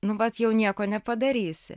nu vat jau nieko nepadarysi